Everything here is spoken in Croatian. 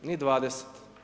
Ni 20.